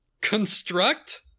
Construct